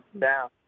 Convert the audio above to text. down